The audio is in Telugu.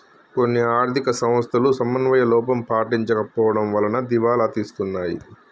కొన్ని ఆర్ధిక సంస్థలు సమన్వయ లోపం పాటించకపోవడం వలన దివాలా తీస్తున్నాయి